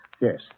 Yes